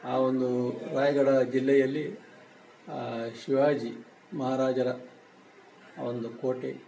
ಆ ಒಂದೂ ರಾಯ ಗಢ್ ಜಿಲ್ಲೆಯಲ್ಲಿ ಶಿವಾಜಿ ಮಹಾರಾಜರ ಒಂದು ಕೋಟೆ